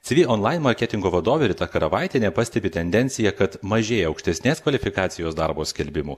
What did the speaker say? cv online marketingo vadovė rita karavaitienė pastebi tendenciją kad mažėja aukštesnės kvalifikacijos darbo skelbimų